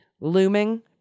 looming